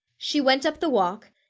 she went up the walk,